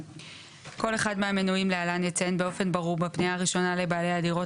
כל אחד מהמנויים להלן יציין באופן ברור בפנייה הראשונה לבעלי הדירות,